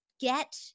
get